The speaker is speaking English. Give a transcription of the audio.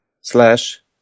slash